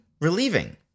relieving